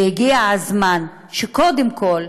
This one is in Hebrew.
הגיע הזמן שקודם כול